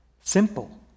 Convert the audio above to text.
simple